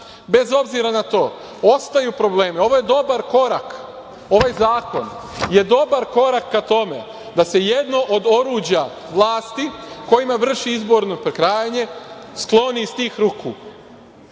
Bez obzira na to, ostaju problemi. Ovo je dobar korak, ovaj zakon je dobar korak ka tome da se jedno od oruđa vlasti kojima vrši izborno prekrajanje skloni iz tih ruku.